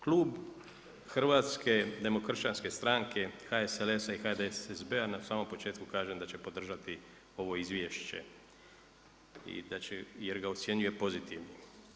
Klub Hrvatske demokršćanske stranke HSLS-a i HDSSB-a na samom početku kažem da će podržati ovo izvješće i da će, jer ga ocjenjuje pozitivnim.